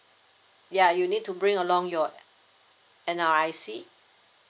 ya you need to bring along your N_R_I_C